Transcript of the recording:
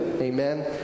Amen